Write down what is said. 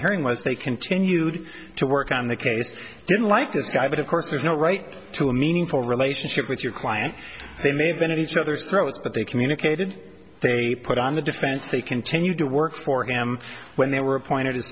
hearing was they continued to work on the case didn't like this guy but of course there's no right to a meaningful relationship with your client they may have been at each other's throats but they communicated they put on the defense they continued to work for him when they were appointed